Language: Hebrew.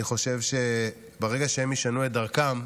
אני חושב שברגע שהם ישנו את דרכם,